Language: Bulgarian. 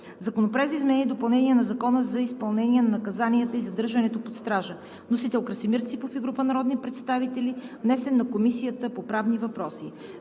Законопроект за изменение и допълнение на Закона за изпълнение на наказанията и задържането под стража. Вносители са Красимир Ципов и група народни представители. Разпределен е на Комисията по правни въпроси.